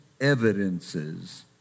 evidences